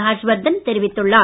ஹர்ஷ்வர்தன் தெரிவித்துள்ளார்